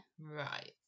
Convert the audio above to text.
right